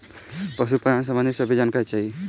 पशुपालन सबंधी सभे जानकारी चाही?